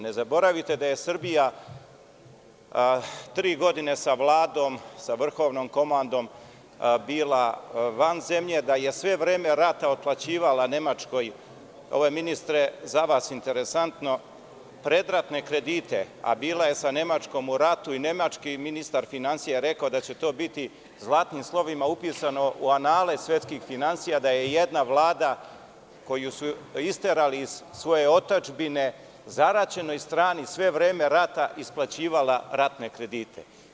Ne zaboravite da je Srbija tri godine sa Vladom, sa vrhovnom komandom bila van zemlje, da je sve vreme rata otplaćivala Nemačkoj, ovo je ministre za vas interesantno, predratne kredite, a bila je sa Nemačkom u ratu, i nemački ministar finansija je rekao da će to biti zlatnim slovima upisano u anale svetskih finansija, da je jedna vlada koju su isterali iz svoje otadžbine, zaraćenoj strani sve vreme rata isplaćivala ratne kredite.